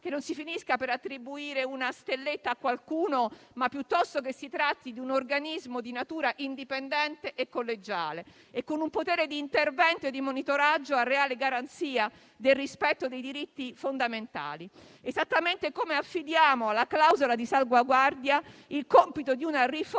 che non si finisca per attribuire una stelletta a qualcuno, ma che si tratti piuttosto di un organismo di natura indipendente e collegiale e con un potere di intervento e di monitoraggio a reale garanzia del rispetto dei diritti fondamentali. Allo stesso modo affidiamo alla clausola di salvaguardia il compito di una riforma